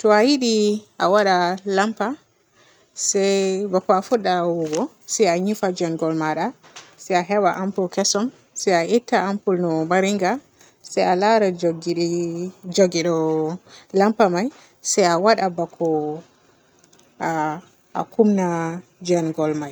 To yiɗi a waada lampa se bako a fudda huuwoogo se a yiifa jamgol maada se a heba ampol kesom se a itta ampol no baaringa se a laara juggiri jugiruwoo lampa me se a waada bako a a kunna jamgol may